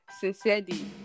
sincerely